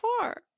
far